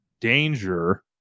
danger